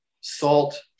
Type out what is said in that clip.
salt